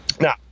Now